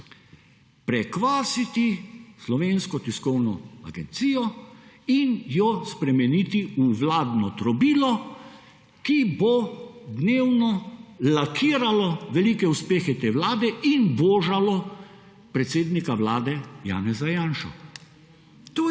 prekvasiti Slovensko tiskovno agencijo in jo spremeniti v vladno trobilo, ki bo dnevno lakirala velike uspehe te Vlade in božalo predsednika Vlade Janeza Janšo.